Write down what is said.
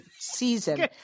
season